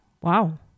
Wow